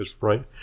Right